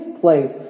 place